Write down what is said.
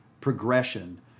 progression